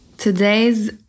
Today's